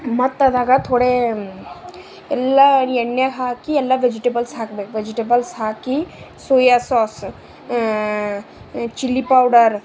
ಮತ್ತದ್ರಾಗ ಥೋಡೆ ಎಲ್ಲ ಎಣ್ಯಾಗೆ ಹಾಕಿ ಎಲ್ಲ ವೆಜಿಟೇಬಲ್ಸ್ ಹಾಕ್ಬೇಕು ವೆಜಿಟೇಬಲ್ಸ್ ಹಾಕಿ ಸೋಯಾ ಸಾಸು ಚಿಲ್ಲಿ ಪೌಡರ್